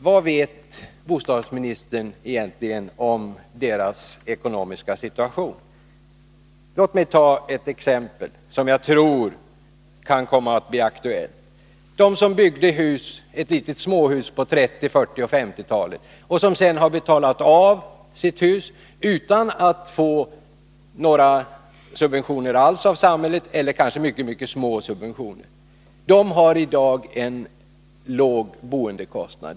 Vad vet bostadsministern egentligen om deras ekonomiska situation? Låt mig ta ett exempel, som jag tror kan komma att bli aktuellt. De som byggde ett litet småhus på 1930-, 1940 eller 1950-talet och som sedan har betalat av sitt hus, utan att få några subventioner alls eller mycket små subventioner av samhället, har i dag en låg boendekostnad.